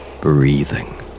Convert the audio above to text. breathing